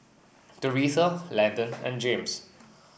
Doretha Landen and James